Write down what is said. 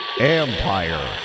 Empire